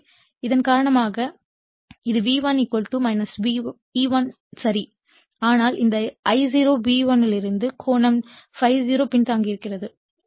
எனவே இதன் காரணமாக இது V1 E1 சரி ஆனால் இந்த I0 V1 இலிருந்து கோணம் ∅0 பின்தங்கியிருக்கிறது